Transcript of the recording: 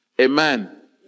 Amen